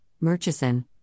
Murchison